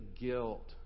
guilt